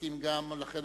מי